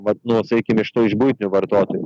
vat nu sakykim iš tų iš buitinių vartotojų